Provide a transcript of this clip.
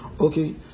Okay